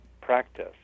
practice